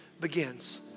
begins